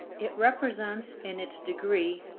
it represents in its degree,